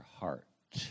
heart